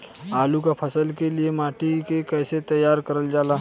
आलू क फसल के लिए माटी के कैसे तैयार करल जाला?